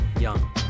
Young